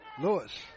Lewis